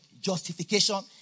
justification